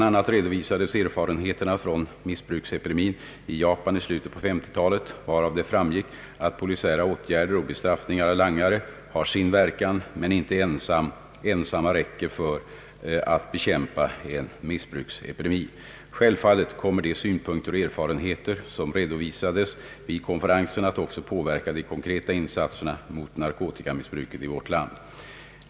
a. redovisades erfarenheter från missbruksepidemin i Japan i slutet på 1950-talet, varav det framgick att polisiära åtgärder och bestraffning av langare har sin verkan men inte ensamma räcker för att bekämpa en missbruksepidemi. Självfallet kommer de synpunkter och erfarenheter som redovisades vid konferensen att också påverka de konkreta insatserna mot narkotikamissbruket i vårt land.